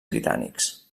britànics